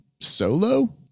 solo